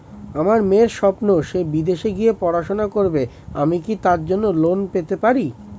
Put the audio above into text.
আমার মেয়ের স্বপ্ন সে বিদেশে গিয়ে পড়াশোনা করবে আমি কি তার জন্য লোন পেতে পারি?